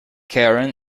karen